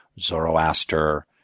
Zoroaster